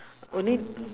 only